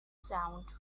sound